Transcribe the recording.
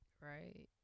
right